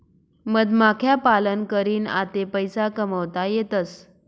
मधमाख्या पालन करीन आते पैसा कमावता येतसं